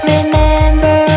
Remember